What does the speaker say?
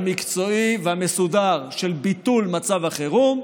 המקצועי והמסודר של ביטול מצב החירום,